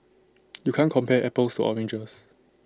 you can't compare apples to oranges